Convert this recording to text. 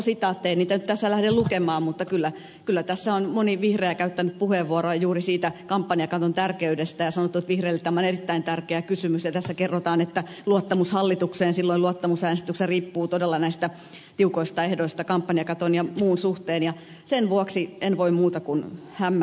en niitä tässä nyt lähde lukemaan mutta kyllä tässä on moni vihreä käyttänyt puheenvuoroa juuri siitä kampanjakaton tärkeydestä ja on sanottu että vihreille tämä on erittäin tärkeä kysymys ja tässä kerrotaan että luottamus hallitukseen silloin luottamusäänestyksessä riippuu todella näistä tiukoista ehdoista kampanjakaton ja muun suhteen ja sen vuoksi en voi muuta kuin hämmästellä